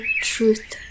truth